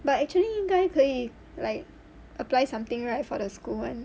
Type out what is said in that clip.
but actually 应该可以 like apply something right for the school [one]